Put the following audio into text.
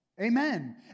Amen